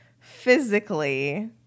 physically